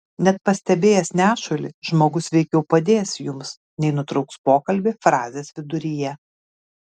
net pastebėjęs nešulį žmogus veikiau padės jums nei nutrauks pokalbį frazės viduryje